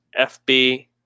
FB